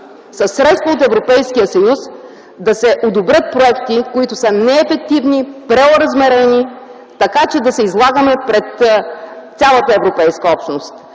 със средства от Европейския съюз да се одобряват проекти, които не са ефективни, преоразмерени, така че да се излагаме пред цялата Европейска общност.